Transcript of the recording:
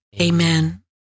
Amen